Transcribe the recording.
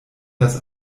das